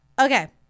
Okay